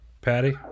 Patty